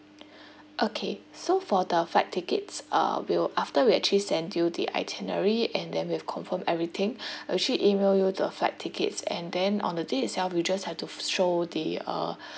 okay so for the flight tickets uh we will after we actually send you the itinerary and then we have confirm everything actually email you the flight tickets and then on the day itself you just have to show the uh